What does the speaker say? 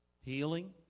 Healing